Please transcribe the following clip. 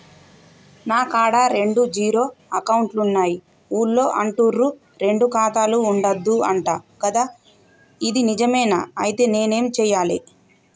నా కాడా రెండు జీరో అకౌంట్లున్నాయి ఊళ్ళో అంటుర్రు రెండు ఖాతాలు ఉండద్దు అంట గదా ఇది నిజమేనా? ఐతే నేనేం చేయాలే?